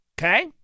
okay